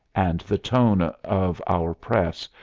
and the tone of our press,